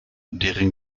deren